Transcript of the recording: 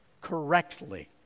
correctly